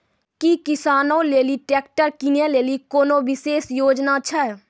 कि किसानो लेली ट्रैक्टर किनै लेली कोनो विशेष योजना छै?